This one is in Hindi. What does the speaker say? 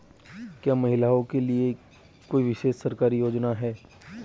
क्या महिलाओं के लिए कोई विशेष सरकारी योजना है?